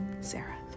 Sarah